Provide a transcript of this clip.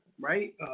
right